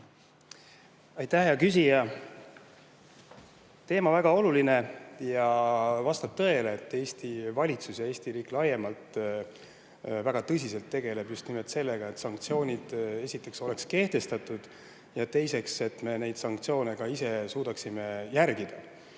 Aitäh, hea küsija! Teema on väga oluline ja vastab tõele, et Eesti valitsus ja Eesti riik laiemalt väga tõsiselt tegeleb just nimelt sellega, et sanktsioonid esiteks oleks kehtestatud ja teiseks, et me neid sanktsioone ka ise suudaksime järgida.